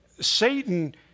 Satan